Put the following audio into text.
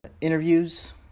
interviews